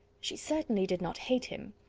she certainly did not hate him.